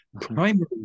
primary